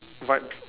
vibes